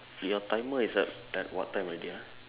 your timer is at time what time already ah